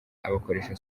abakoresha